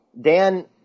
Dan